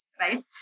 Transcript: right